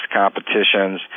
competitions